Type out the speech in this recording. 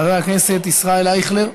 חבר הכנסת ישראל אייכלר,